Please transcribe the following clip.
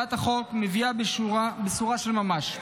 הצעת החוק מביאה בשורה של ממש.